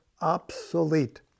obsolete